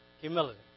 Humility